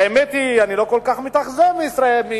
האמת היא שאני לא כל כך מתאכזב מש"ס.